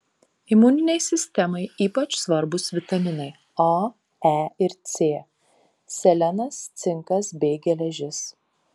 imuninei sistemai ypač svarbūs vitaminai a e ir c selenas cinkas bei geležis